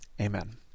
amen